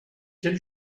quel